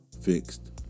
fixed